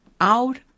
out